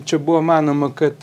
čia buvo manoma kad